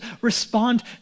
respond